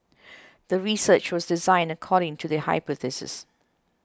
the research was designed according to the hypothesis